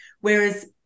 whereas